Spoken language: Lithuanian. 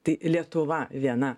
tai lietuva viena